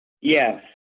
Yes